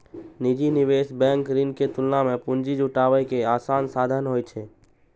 निजी निवेश बैंक ऋण के तुलना मे पूंजी जुटाबै के आसान साधन होइ छै